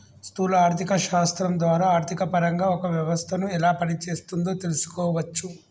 స్థూల ఆర్థిక శాస్త్రం ద్వారా ఆర్థికపరంగా ఒక వ్యవస్థను ఎలా పనిచేస్తోందో తెలుసుకోవచ్చు